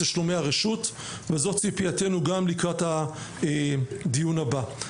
וזאת ציפייתנו גם לקראת הדיון הבא.